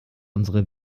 unsere